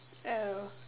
oh